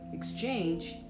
Exchange